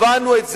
הבנו את זה,